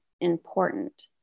important